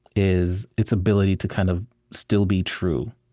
is its ability to kind of still be true,